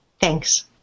Thanks